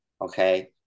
okay